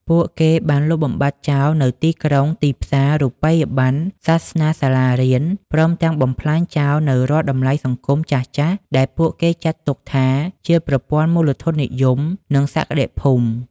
ពួកគេបានលុបបំបាត់ចោលនូវទីក្រុង ទីផ្សារ រូបិយប័ណ្ណ សាសនា សាលារៀន ព្រមទាំងបំផ្លាញចោលនូវរាល់តម្លៃសង្គមចាស់ៗដែលពួកគេចាត់ទុកថាជាប្រព័ន្ធមូលធននិយម និងសក្តិភូមិ។